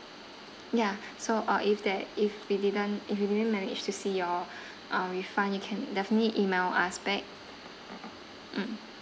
ya so uh if there if we didn't if you didn't manage to see your uh refund you can definitely email us back mm